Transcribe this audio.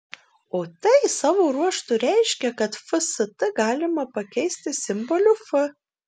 o tai savo ruožtu reiškia kad fst galima pakeisti simboliu f